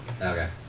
Okay